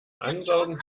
ansaugen